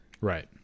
Right